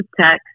text